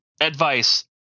advice